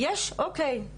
יש אוקי,